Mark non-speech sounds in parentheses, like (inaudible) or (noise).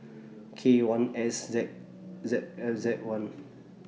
K one S Z Z (unintelligible) Z one